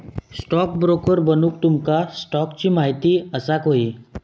stockbroker बनूक तुमका स्टॉक्सची महिती असाक व्हयी